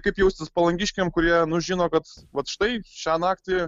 kaip jaustis palangiškiam kurie nu žino kad vat štai šią naktį